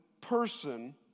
person